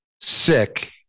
sick